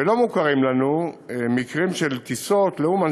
ולא מוכרים לנו מקרים של טיסות לאומן